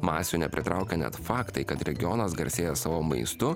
masių nepritraukia net faktai kad regionas garsėja savo maistu